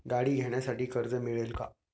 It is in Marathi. गाडी घेण्यासाठी कर्ज मिळेल का?